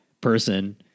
person